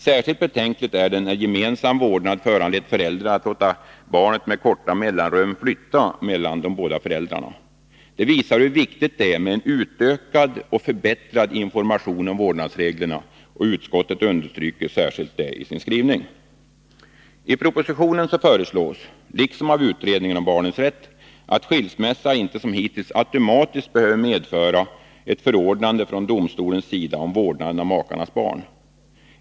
Särskilt betänkligt är det när gemensam vårdnad föranlett föräldrar att låta barnet med korta mellanrum flytta mellan de båda föräldrarna. Det visar hur viktigt det är med utökad och förbättrad information om vårdnadsreglerna, och utskottet understryker särskilt detta i sin skrivning. I propositionen föreslås, liksom av utredningen om barnens rätt, att skilsmässa inte som hittills automatiskt behöver medföra ett förordnande från domstolens sida om vårdnaden av makarnas barn.